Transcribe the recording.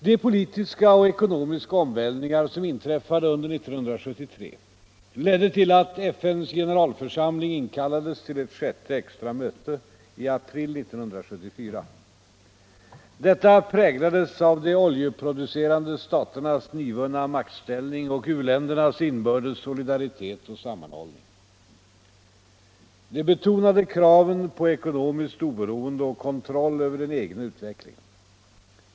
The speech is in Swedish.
De politiska och ekonomiska omvälvningar som inträffade under 1973 ledde till att FN:s generalförsamling inkallades till ett sjätte extra möte i april 1974. Detta präglades av de oljeproducerande staternas nyvunna maktställning och u-ländernas inbördes solidaritet och sammanhållning. De betonade kraven på ekonomiskt oberoende och kontroll över den egna utvecklingen.